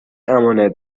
امانت